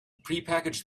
prepackaged